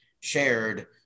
shared